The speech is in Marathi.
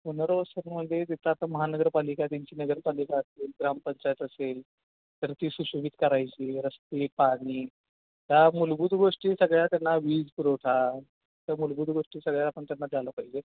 पुनर्वसनामध्ये तिथं आता महानगरपालिका त्यांची नगरपालिका असेल ग्रामपंचायत असेल तर ती सुशोभित करायची रस्ते पाणी या मूलभूत गोष्टी सगळ्या त्यांना वीज पुरवठा त्या मूलभूत गोष्टी सगळ्या आपण त्यांना द्यायला पाहिजे